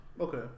Okay